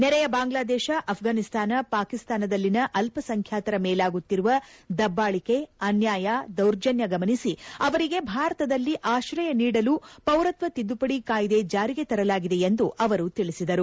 ನೆರೆಯ ಬಾಂಗ್ನಾದೇಶ ಅಪಘಾನಿಸ್ತಾನ ಪಾಕಿಸ್ತಾನದಲ್ಲಿನ ಅಲ್ಲಸಂಖ್ಯಾತರ ಮೇಲಾಗುತ್ತಿರುವ ದಬ್ಲಾಳಿಕೆ ಅನ್ನಾಯ ದೌರ್ಜನ್ಯ ಗಮನಿಸಿ ಅವರಿಗೆ ಭಾರತದಲ್ಲಿ ಆಶ್ರಯ ನೀಡಲು ಪೌರತ್ವ ತಿದ್ದುಪಡಿ ಕಾಯ್ದೆ ಜಾರಿಗೆ ತರಲಾಗಿದೆ ಎಂದು ಅವರು ತಿಳಿಸಿದರು